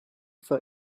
for